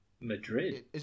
Madrid